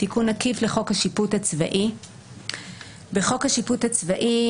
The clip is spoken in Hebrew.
תיקון חוק השיפוט הצבאי 10. בחוק השיפוט הצבאי,